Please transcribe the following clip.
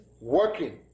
working